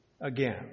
again